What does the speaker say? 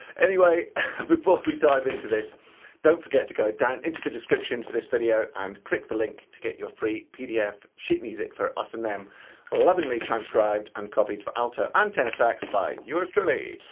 anyway before we dive into this don't forget to go down into the description for this video and click the link to get your free pdf sheet music for us and them lovingly transcribed and copied for alto and tenor sax by yours truly.